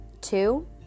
Two